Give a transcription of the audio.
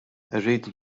irridu